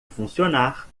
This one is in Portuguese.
funcionar